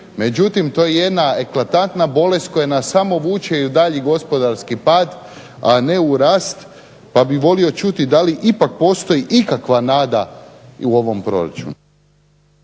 Međutim to je jedna eklatantna bolest koja nas samo vuče i u dalji gospodarski pad, a ne u rast pa bi volio čuti da li ipak postoji ikakva nada u ovom proračunu.